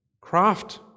craft